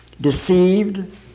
deceived